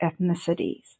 ethnicities